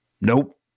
Nope